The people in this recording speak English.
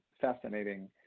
fascinating